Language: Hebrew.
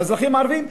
לאזרחים הערבים.